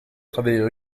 travailler